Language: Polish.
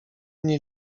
nie